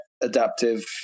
adaptive